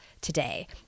today